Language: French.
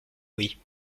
oui